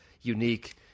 unique